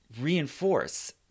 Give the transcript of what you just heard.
reinforce